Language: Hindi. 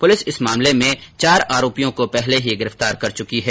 पुलिस इस मामले में चार आरोपियों को पहले ही गिरफ्तार कर चुकी है